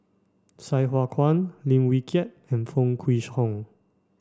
Sai Hua Kuan Lim Wee Kiak and Foo Kwee Horng